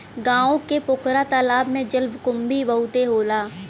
गांव के पोखरा तालाब में जलकुंभी बहुते होला